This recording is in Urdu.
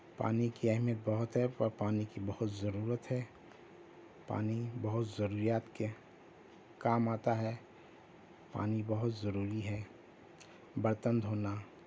پانی کی اہمیت بہت ہے پر پانی کی بہت ضرورت ہے پانی بہت ضرویات کے کام آتا ہے پانی بہت ضروری ہے برتن دھونا